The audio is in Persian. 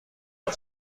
بار